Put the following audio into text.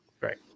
Right